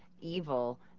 evil